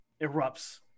erupts